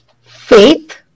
faith